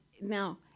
now